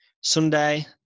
Sunday